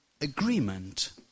agreement